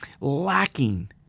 lacking